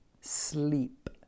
sleep